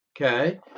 Okay